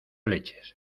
leches